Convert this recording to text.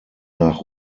nach